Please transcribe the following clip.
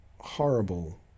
horrible